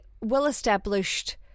well-established